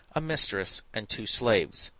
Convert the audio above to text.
a mistress and two slaves,